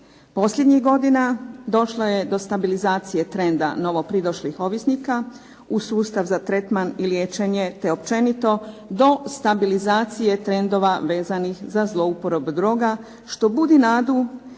Posljednjih godina došlo je do stabilizacije trenda novopridošlih ovisnika u sustav za tretman i liječenje te općenito do stabilizacije trendova vezanih za zlouporabu droga što budi nadu